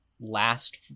last